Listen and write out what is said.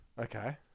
Okay